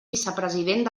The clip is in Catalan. vicepresident